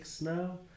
now